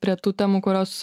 prie tų temų kurios